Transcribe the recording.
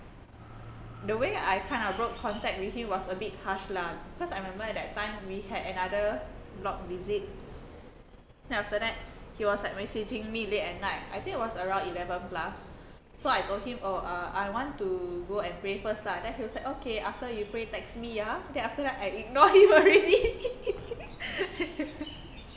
the way I kind of broke contact with him was a bit harsh lah because I remember at that time we had another block visit then after that he was like messaging me late at night I think it was around eleven plus so I told him oh err I want to go and pray first lah then he was like okay after you pray text me ah then after that I ignore him already